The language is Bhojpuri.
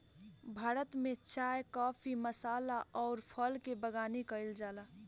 भारत में चाय काफी मसाल अउर फल के बगानी कईल जाला